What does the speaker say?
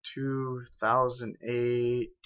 2008